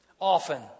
Often